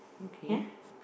ya